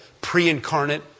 pre-incarnate